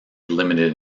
limited